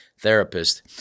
Therapist